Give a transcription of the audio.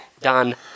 done